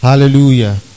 Hallelujah